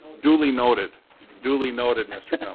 dually noted dually noted mr. and um